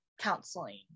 counseling